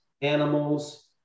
animals